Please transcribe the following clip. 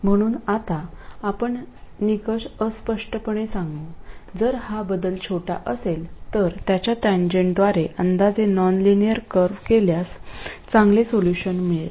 म्हणून आता आपण निकष अस्पष्टपणे सांगू जर हा बदल छोटा असेल तर त्याच्या टेंजेन्टद्वारे अंदाजे नॉनलिनियर कर्व केल्यास चांगले सोल्यूशन मिळेल